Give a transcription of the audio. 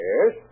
Yes